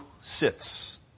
sits